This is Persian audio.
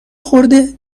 خورده